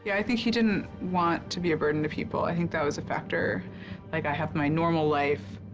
yeah i think he didn't want to be a burden to people. i think that was a factor like i have my normal life,